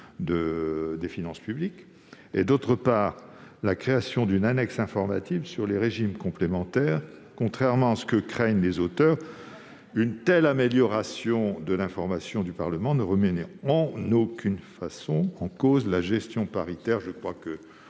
des finances publiques, d'autre part, la création d'une annexe informative sur les régimes complémentaires. Contrairement à ce que craignent les auteurs de cet amendement, une telle amélioration de l'information du Parlement ne remet en aucune façon en cause la gestion paritaire. Nous nous